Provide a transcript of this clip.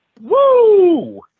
Woo